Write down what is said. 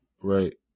Right